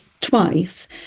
twice